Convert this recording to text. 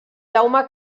jaume